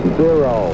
zero